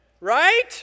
Right